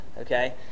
Okay